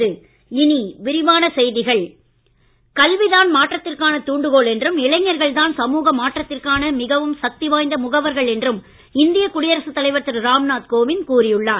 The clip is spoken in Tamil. குடியரசுத்தலைவர் கல்வி தான் மாற்றத்திற்கான தூண்டுகோல் என்றும் இளைஞர்கள் தான் சமூக மாற்றத்திற்கான மிகவும் சக்தி வாய்ந்த முகவர்கள் என்றும் இந்திய குடியரசுத் தலைவர் திரு ராம் நாத் கோவிந்த் கூறியுள்ளார்